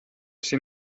sie